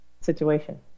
situation